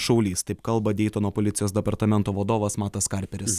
šaulys taip kalba deitono policijos departamento vadovas matas karperis